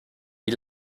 wie